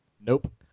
Nope